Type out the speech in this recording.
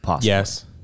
Yes